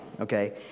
Okay